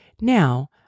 Now